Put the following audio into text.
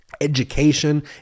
education